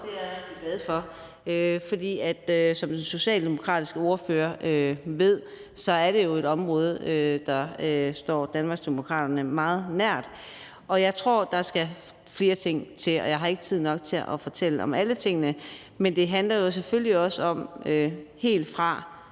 Det er jeg rigtig glad for. For som den socialdemokratiske ordfører ved, er det jo et område, der står Danmarksdemokraterne meget nær. Jeg tror, at der skal flere ting til, og jeg har ikke tid nok til at fortælle om alle tingene. Men det handler jo selvfølgelig også om, tror